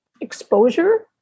exposure